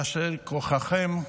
יישר כוחכם.